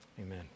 Amen